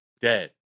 Dead